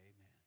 amen